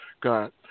God